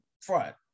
front